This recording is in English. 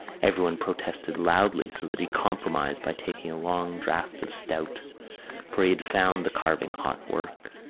everyone protested loudly so that he compromised by taking a long draught of stout for he had found the carving hot work.